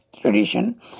tradition